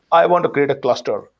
i want to create a cluster.